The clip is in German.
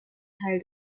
teil